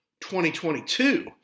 2022